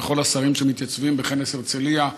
וכל השרים שמתייצבים בכנס הרצליה,